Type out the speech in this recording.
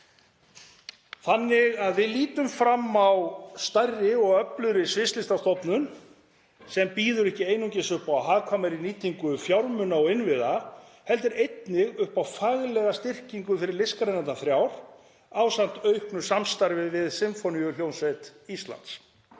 en 2030. Við lítum því fram á stærri og öflugri sviðslistastofnun sem bíður ekki einungis upp á hagkvæmari nýtingu fjármuna og innviða heldur einnig upp á faglega styrkingu fyrir listgreinarnar þrjár, ásamt auknu samstarfi við Sinfóníuhljómsveit Íslands.